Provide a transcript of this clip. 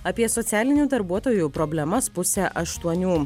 apie socialinių darbuotojų problemas pusę aštuonių